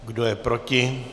Kdo je proti?